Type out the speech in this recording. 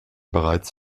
bereits